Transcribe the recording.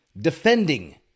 defending